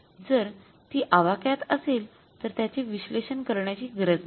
जर ती आवाक्यात असेल तर त्याचे विश्लेषण करण्याची गरज नाही